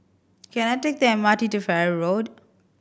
can I take the M R T to Farrer Road